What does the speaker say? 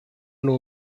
know